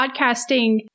podcasting